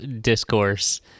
discourse